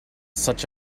such